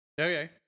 Okay